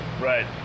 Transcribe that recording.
Right